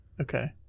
Okay